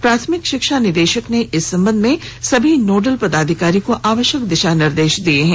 प्राथमिक शिक्षा निदेशक ने इस संबध में सभी नोडल पदाधिकारी को आवश्यक दिशा निर्देश दिए हैं